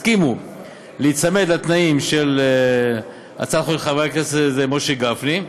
הסכימו להיצמד לתנאים של הצעת החוק של חבר הכנסת משה גפני,